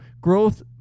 growth